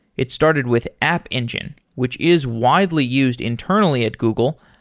it started with app engine, which is widely used internally at google,